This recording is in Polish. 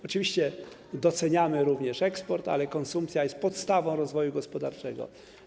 Oczywiście doceniamy również eksport, ale konsumpcja jest podstawą rozwoju gospodarczego.